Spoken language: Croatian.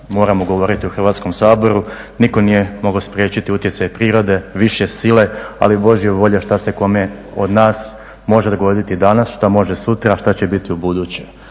moramo govoriti u Hrvatskom saboru. Nitko nije mogao spriječiti utjecaj prirode, više sile ali i Božja je volja što se kome od nas može dogoditi danas, šta može sutra, a šta će biti u buduće.